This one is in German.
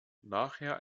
nachher